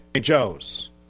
Joe's